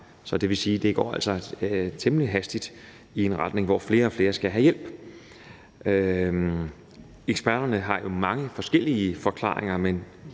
Det vil sige, at det temmelig hastigt går i en retning, hvor flere og flere skal have hjælp. Eksperterne har mange forskellige forklaringer,